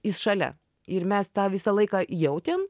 jis šalia ir mes tą visą laiką jautėm